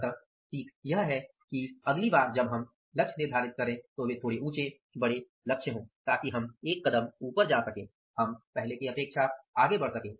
अतः सीख यह है कि अगली बार जब हम लक्ष्य निर्धारित करते हैं तो वे थोड़े ऊँचे बड़े लक्ष्य हों ताकि हम एक कदम ऊपर जा सकें